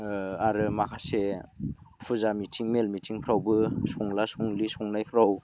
आरो माखासे फुजा मिटिं मेल मिटिंफ्रावबो संला संलि संनायफोराव